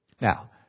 now